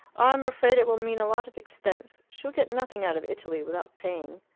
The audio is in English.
i'm afraid it will mean a lot of expense. she will get nothing out of italy without paying.